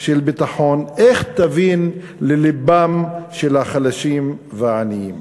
של ביטחון, איך תבין ללבם של החלשים והעניים?